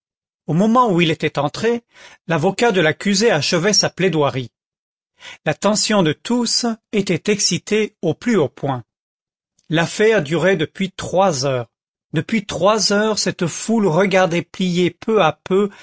au moment où il était entré l'avocat de l'accusé achevait sa plaidoirie l'attention de tous était excitée au plus haut point l'affaire durait depuis trois heures depuis trois heures cette foule regardait plier peu à peu